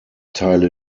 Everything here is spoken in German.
teile